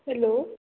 hello